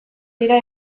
dira